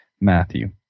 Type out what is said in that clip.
Matthew